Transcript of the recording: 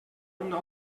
una